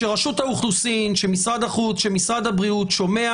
שרשות האוכלוסין, משרד החוץ, משרד הבריאות שומע